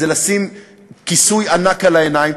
זה לשים כיסוי ענק על העיניים.